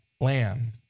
lamb